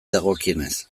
dagokienez